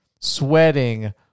sweating